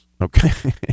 okay